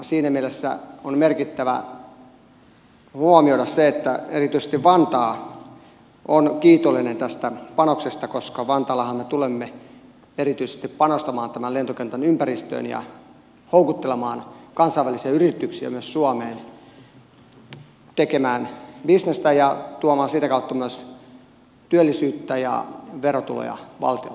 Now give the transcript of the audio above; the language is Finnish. siinä mielessä on merkittävää huomioida se että erityisesti vantaa on kiitollinen tästä panoksesta koska vantaallahan me tulemme erityisesti panostamaan tämän lentokentän ympäristöön ja houkuttelemaan kansainvälisiä yrityksiä suomeen tekemään bisnestä ja tuomaan sitä kautta myös työllisyyttä ja verotuloja valtio